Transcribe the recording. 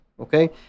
okay